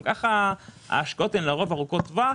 גם ככה, ההשקעות הן לרוב ארוכות טווח,